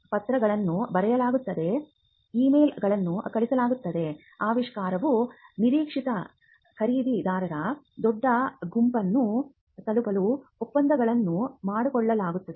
ಪತ್ರಗಳನ್ನು ಬರೆಯಲಾಗುತ್ತದೆ ಇಮೇಲ್ಗಳನ್ನು ಕಳುಹಿಸಲಾಗುತ್ತದೆ ಆವಿಷ್ಕಾರವು ನಿರೀಕ್ಷಿತ ಖರೀದಿದಾರರ ದೊಡ್ಡ ಗುಂಪನ್ನು ತಲುಪಲು ಒಪ್ಪಂದಗಳನ್ನು ಮಾಡಿಕೊಳ್ಳಲಾಗುತ್ತದೆ